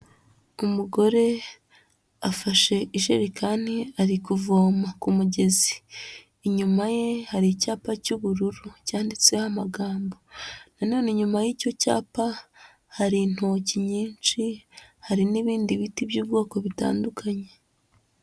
Umugore afashe ijerikani ari kuvoma ku mugezi, inyuma ye hari icyapa cy'ubururu cyanditseho amagambo, na none inyuma y'icyo cyapa hari intoki nyinshi, hari n'ibindi biti by'ubwoko butandukanye.